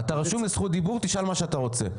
אתה רשום לזכות דיבור, תשאל מה שאתה רוצה.